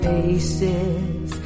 Faces